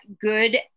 good